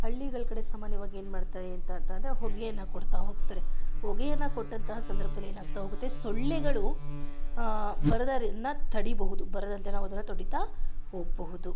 ಹಳ್ಳಿಗಳ ಕಡೆ ಸಾಮಾನ್ಯವಾಗಿ ಏನು ಮಾಡ್ತಾರೆ ಅಂತ ಅಂದ್ರೆ ಹೊಗೆಯನ್ನು ಕೊಡ್ತಾ ಹೋಗ್ತಾರೆ ಹೊಗೆಯನ್ನು ಕೊಟ್ಟಂಥ ಸಂದರ್ಭದಲ್ಲಿ ಏನಾಗ್ತಾ ಹೋಗುತ್ತೆ ಸೊಳ್ಳೆಗಳು ಬರೋದರಿಂದ ತಡಿಬಹುದು ಬರದಂತೆ ನಾವದನ್ನು ತಡೀತಾ ಹೋಗ್ಬಹುದು